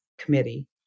committee